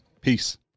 Peace